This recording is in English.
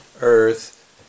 earth